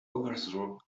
overthrow